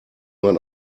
man